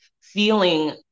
feeling